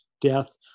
death